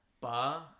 Ba